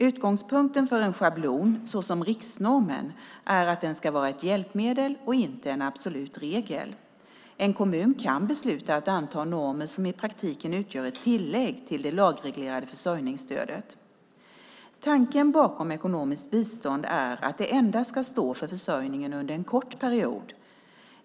Utgångspunkten för en schablon, såsom riksnormen, är att den ska vara ett hjälpmedel och inte en absolut regel. En kommun kan besluta att anta normer som i praktiken utgör ett tillägg till det lagreglerade försörjningsstödet. Tanken bakom ekonomiskt bistånd är att det endast ska stå för försörjningen under en kort period.